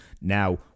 Now